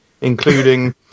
including